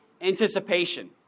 anticipation